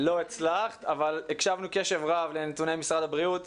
לא הצלחת, אבל הקשבנו קשב רב לנתוני משרד הבריאות.